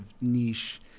niche